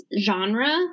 genre